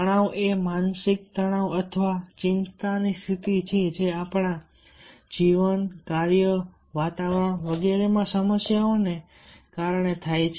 તણાવ એ માનસિક તણાવ અથવા ચિંતાની સ્થિતિ છે જે આપણા જીવન કાર્ય વાતાવરણ વગેરેમાં સમસ્યાઓને કારણે થાય છે